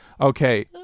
Okay